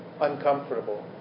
uncomfortable